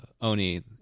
Oni